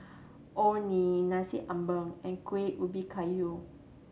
Orh Nee Nasi Ambeng and Kueh Ubi Kayu